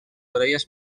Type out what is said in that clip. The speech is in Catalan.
orelles